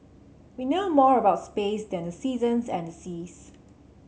we know more about space than the seasons and the seas